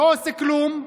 לא עושה כלום,